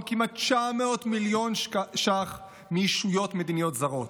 כמעט 900 מיליון שקלים מישויות מדיניות זרות.